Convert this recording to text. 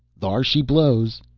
thar she blows!